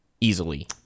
easily